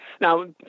Now